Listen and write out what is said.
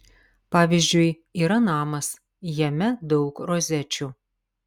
pavyzdžiui yra namas jame daug rozečių